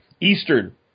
eastern